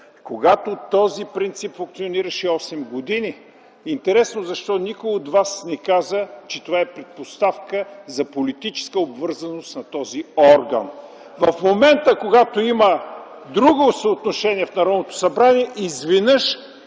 Когато този принцип функционираше 8 години, интересно защо никой от вас не каза, че това е предпоставка за политическа обвързаност на този орган. В момента, когато има друго съотношение в Народното събрание, изведнъж